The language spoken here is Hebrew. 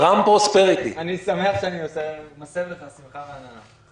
אני שמח שאני מסב לך שמחה והנאה.